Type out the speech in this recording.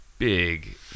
big